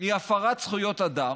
היא הפרת זכויות אדם,